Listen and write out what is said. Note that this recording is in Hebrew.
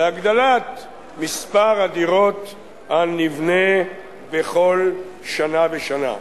להגדלת מספר הדירות הנבנה בכל שנה ושנה.